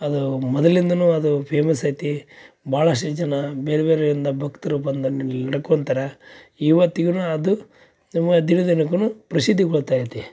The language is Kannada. ಅದು ಮೊದಲಿಂದಲೂ ಅದು ಫೇಮಸ್ ಐತಿ ಭಾಳಷ್ಟು ಜನ ಬೇರೆ ಬೇರೆಯಿಂದ ಭಕ್ತರು ಬಂದು ಅಲ್ಲಿ ನಡ್ಕೊಂತಾರೆ ಇವತ್ತಿಗೂನು ಅದು ನಮ್ಗೆ ದಿನದಿನಕ್ಕೂನು ಪ್ರಸಿದ್ಧಿಗೊಳ್ತಾ ಐತಿ